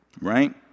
Right